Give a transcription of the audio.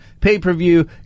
pay-per-view